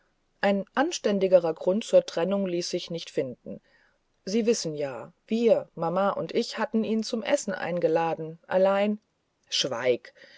ein anständigerer grund zur trennung ließ sich nicht finden sie wissen ja wir mama und ich hatten ihn zum essen eingeladen allein schweig